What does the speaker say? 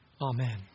Amen